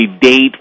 date